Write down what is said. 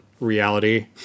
reality